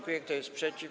Kto jest przeciw?